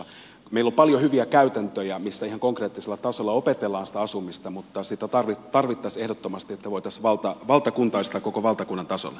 meillä on paljon hyviä käytäntöjä missä ihan konkreettisella tasolla opetellaan sitä asumista mutta tarvittaisiin ehdottomasti että sitä voitaisiin valtakuntaistaa koko valtakunnan tasolle